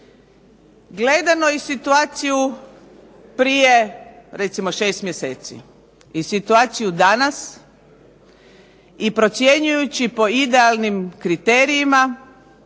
Gledamo i situaciju prije 6 mjeseci i situaciju danas i procjenjujući po idealnim kriterijima